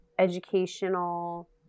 Educational